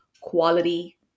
quality